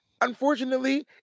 unfortunately